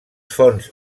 fonts